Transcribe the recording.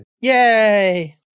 Yay